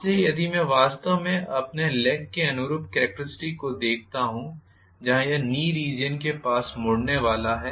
इसलिए यदि मैं वास्तव में अपने लेग के अनुरूप कॅरेक्टरिस्टिक्स को देखता हूं जहां यह नी रीजन के पास मुड़ने वाला है